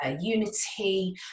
unity